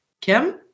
Kim